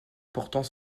portant